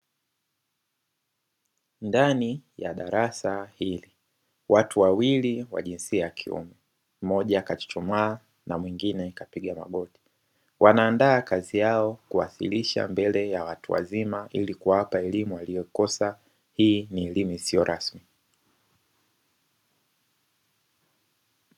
Ndani ya darasa hili watu wawili wa jinsia ya kiume, mmoja kachuchumaa na mwingine kapiga magoti wanaandaa kazi yao kuwasilisha mbele ya watu wazima ili kuwapa elimu waliyo kosa. Hii ni elimu isiyo rasmi.